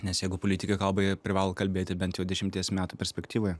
nes jeigu politikai kalba jie privalo kalbėti bent jau dešimties metų perspektyvoje